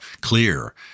Clear